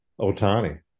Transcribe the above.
Otani